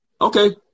okay